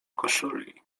koszuli